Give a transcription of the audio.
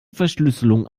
verschlüsselung